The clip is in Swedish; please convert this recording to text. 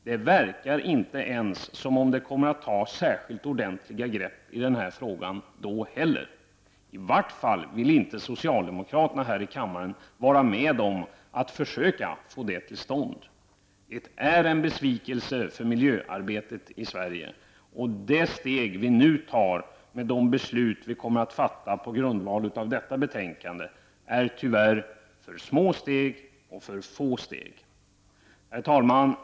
Det verkar inte ens som om man kommer att ta särskilt ordentliga grepp i den här frågan då heller, i vart fall vill inte socialdemokraterna här i kammaren vara med om att försöka få detta till stånd. Det är en besvikelse för miljöarbetet i Sverige. De steg som vi nu tar genom de beslut som vi kommer att fatta på grundval av detta betänkande är tyvärr för små steg och för få steg. Herr talman!